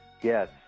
Yes